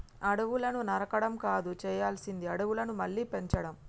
అడవులను నరకడం కాదు చేయాల్సింది అడవులను మళ్ళీ పెంచడం